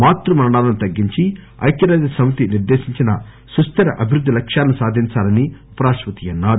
మాతృ మరణాలను తగ్గించి ఐక్యరాజ్యసమితి నిర్దేశించిన సుస్తిర అభివృద్ది లక్ష్యాలను సాధించాలని ఉపరాష్టపతి అన్నారు